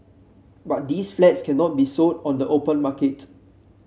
but these flats cannot be sold on the open market